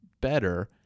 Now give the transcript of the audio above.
better